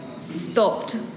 stopped